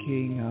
King